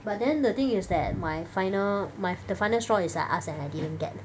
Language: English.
but then the thing is that my final my the final straw is I ask and I didn't get